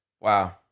Wow